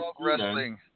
Wrestling